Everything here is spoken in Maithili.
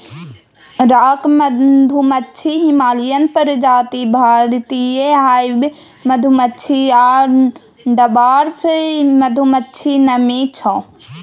राँक मधुमाछी, हिमालयन प्रजाति, भारतीय हाइब मधुमाछी आ डवार्फ मधुमाछी नामी छै